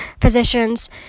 physicians